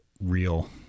real